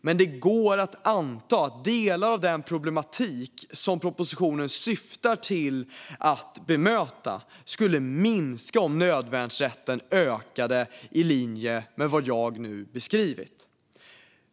Men det går att anta att delar av den problematik som propositionen syftar till att bemöta skulle minska om nödvärnsrätten ökade i linje med vad jag nu beskrivit.